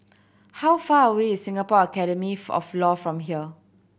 how far away is Singapore Academy of Law from here